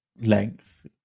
length